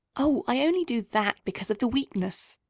oh, i only do that because of the weakness.